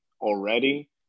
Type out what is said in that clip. already